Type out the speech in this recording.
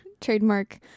Trademark